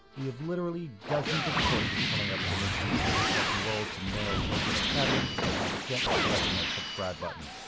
we have literally dozens of courses coming up, so make sure you get yourself enrolled to nail social academy by gently caressing that subscribe button.